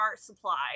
supply